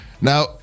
now